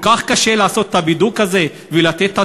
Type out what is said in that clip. כל כך קשה לעשות את הבידוק הזה ולתת את